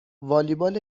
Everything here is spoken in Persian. والیبال